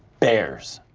bears.